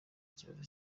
kibazo